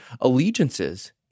allegiances